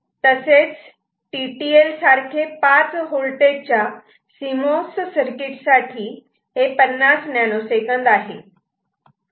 तसेच हे T T L सारखे 5 होल्टेज च्या सिमोस सर्किट साठी 50 नॅनो सेकंद आहे